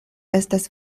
estas